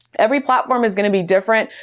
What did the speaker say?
every platform is going to be different.